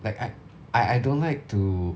like I I I don't like to